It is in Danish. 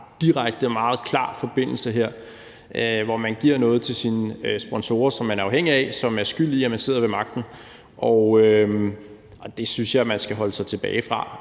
der er en ret direkte og meget klar forbindelse her, hvor man giver noget til sine sponsorer, som man er afhængig af, og som er skyld i, at man sidder ved magten. Det synes jeg man skal holde sig tilbage fra.